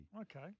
okay